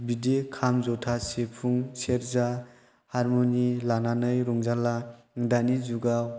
बिदि खाम जथा सिफुं सेरजा हारमनियाम लानानै रंजाला दानि जुगाव